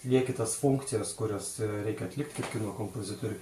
atlieki tas funkcijas kurias reikia atlikti kino kompozitoriui